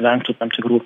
vengtų tam tikrų